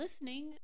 listening